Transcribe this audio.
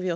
Vi